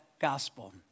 gospel